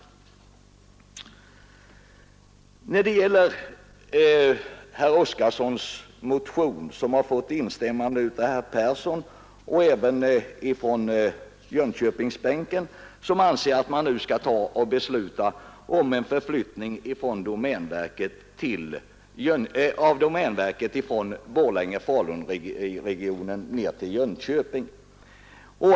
Herr Oskarson och ett par ledamöter på Jönköpingsbänken har här instämt i det förslag som herr Persson i Stockholm fört fram i sin motion om att man nu skall besluta om en flyttning av domänverket från Borlänge-Falunregionen ner till Jönköping.